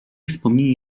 wspomnienie